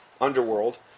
underworld